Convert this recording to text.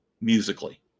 musically